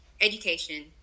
education